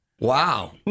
Wow